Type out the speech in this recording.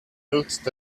that